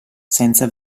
senza